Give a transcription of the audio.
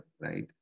right